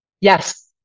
Yes